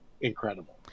incredible